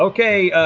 okay,